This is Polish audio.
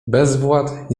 bezwład